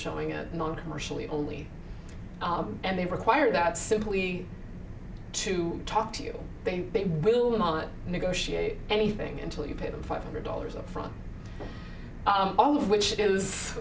showing it non commercially only and they require that simply to talk to you then they will negotiate anything until you pay them five hundred dollars up front all of which is